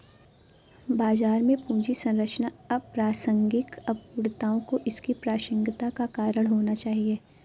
बाजार में पूंजी संरचना अप्रासंगिक है, अपूर्णताओं को इसकी प्रासंगिकता का कारण होना चाहिए